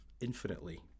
infinitely